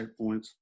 checkpoints